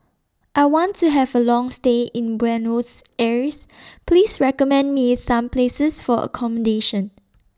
I want to Have A Long stay in Buenos Aires Please recommend Me Some Places For accommodation